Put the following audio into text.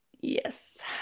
yes